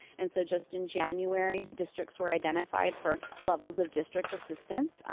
and so just in january districts were identified for levels of district assistance.